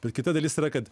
bet kita dalis yra kad